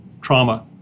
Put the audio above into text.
trauma